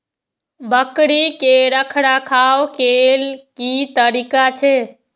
बकरी के रखरखाव के कि तरीका छै?